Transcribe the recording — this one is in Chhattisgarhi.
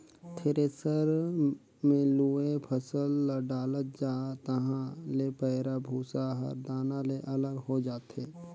थेरेसर मे लुवय फसल ल डालत जा तहाँ ले पैराःभूसा हर दाना ले अलग हो जाथे